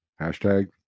hashtag